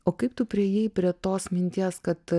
o kaip tu priėjai prie tos minties kad